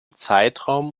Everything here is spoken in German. zeitraum